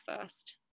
first